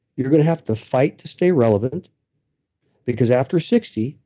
you're going to have to fight to stay relevant because after sixty,